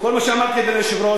כל מה שאמרתי, אדוני היושב-ראש,